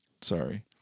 sorry